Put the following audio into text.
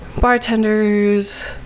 bartenders